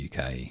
UK